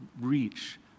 reach